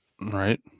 Right